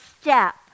step